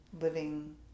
living